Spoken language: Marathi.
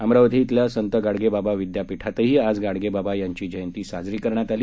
अमरावती ब्रिल्या संत गाडगे बाबा विद्यापीठातही आज गाडगेबाबा यांची जयंती साजरी करण्यात आली